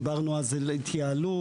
דיברנו אז על התייעלות,